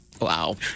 Wow